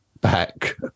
back